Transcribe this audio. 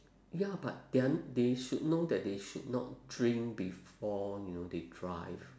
ya but they are they should know that they should not drink before you know they drive